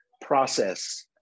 process